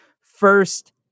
first